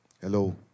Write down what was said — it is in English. Hello